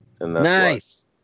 Nice